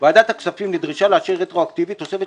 ועדת הכספים נדרשה לאשר רטרואקטיבית תוספת